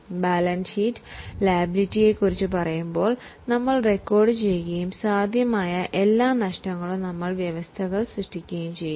ഇതു ബാലൻസ് ഷീറ്റിൽ ലയബിളിറ്റിയുടെ ഭാഗത്തു നമ്മൾ റെക്കോർഡു ചെയ്യുകയും സാധ്യമായ എല്ലാ നഷ്ടങ്ങൾക്കും പ്രൊവിഷൻ സൃഷ്ടിക്കുകയും ചെയ്യും